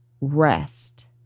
rest